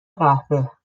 قهوه